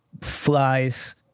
flies